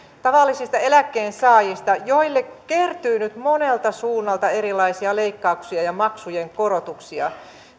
tavallisista eläkkeensaajista joille kertyy nyt monelta suunnalta erilaisia leikkauksia ja maksujen korotuksia